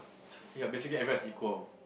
ya basically everyone is equal